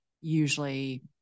usually